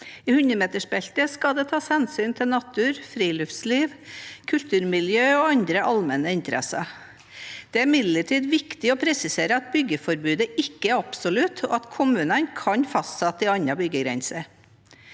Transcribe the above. I 100-metersbeltet skal det tas hensyn til natur, friluftsliv, kulturmiljø og andre allmenne interesser. Det er imidlertid viktig å presisere at byggeforbudet ikke er absolutt, og at kommunene kan fastsette en annen byggegrense.